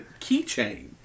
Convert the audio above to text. keychain